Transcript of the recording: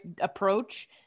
approach